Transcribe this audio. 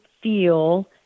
feel